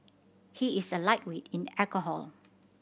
he is a lightweight in alcohol